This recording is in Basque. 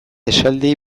esaldi